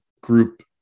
group